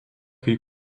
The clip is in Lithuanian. kai